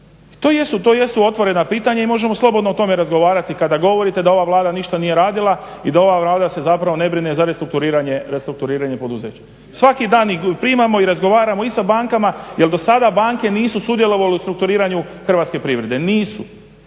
To jesu otvorena pitanja i možemo slobodno o tome razgovarati. Kada govorite da ova Vlada ništa nije radila i da ova Vlada se zapravo ne brine za restrukturiranje poduzeća, svaki dan ih primamo i razgovaramo i sa bankama jer dosada banke nisu sudjelovale u strukturiranju hrvatske privrede. Nisu,